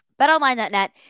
BetOnline.net